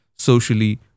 socially